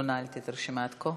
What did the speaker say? לא נעלתי את הרשימה עד כה.